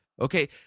Okay